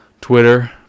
twitter